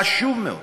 חשוב מאוד.